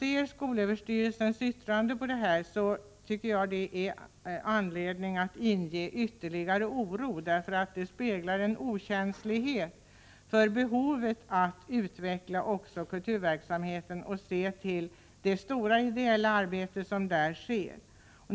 Skolöverstyrelsens yttrande ger anledning till ytterligare oro. Det speglar en okänslighet för behovet av att utveckla också kulturverksamheten och se till det stora ideella arbete som där sker.